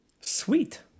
Sweet